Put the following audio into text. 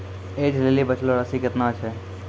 ऐज लेली बचलो राशि केतना छै?